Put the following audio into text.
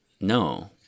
no